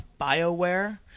Bioware